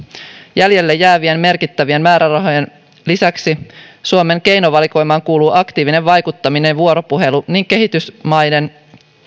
jäljelle jäävien merkittävien määrärahojen lisäksi suomen keinovalikoimaan kuuluu aktiivinen vaikuttaminen ja vuoropuhelu niin kehitysmaiden